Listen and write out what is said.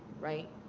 right?